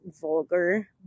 vulgar